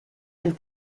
and